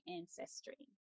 ancestry